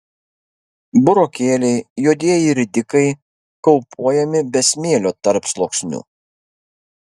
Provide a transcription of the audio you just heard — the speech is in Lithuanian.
burokėliai juodieji ridikai kaupuojami be smėlio tarpsluoksnių